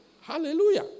Hallelujah